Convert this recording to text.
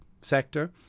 sector